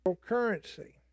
currency